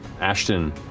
Ashton